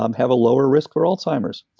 um have a lower risk for alzheimer's.